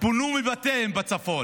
פונו מבתיהם בצפון.